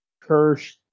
Kirsch